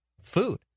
Food